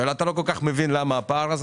ואתה לא כל כך מבין למה הפער הזה.